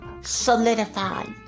solidified